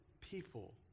people